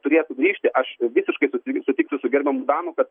turėtų grįžti aš visiškai sutik sutiksiu su gerbiamu danu kad